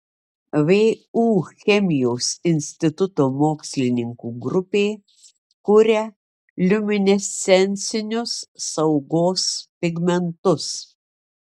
vu chemijos instituto mokslininkų grupė kuria liuminescencinius saugos pigmentus